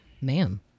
Ma'am